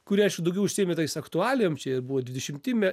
kuri aišku daugiau užsiėmė tais aktualijom čia ir buvo dvidešimti me